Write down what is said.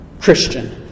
Christian